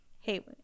Hey